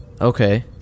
Okay